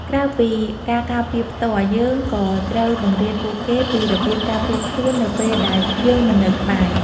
ក្រៅពីការការពារផ្ទាល់ យើងក៏ត្រូវបង្រៀនពួកគេពីរបៀបការពារខ្លួនឯងនៅពេលដែលយើងមិននៅក្បែរ។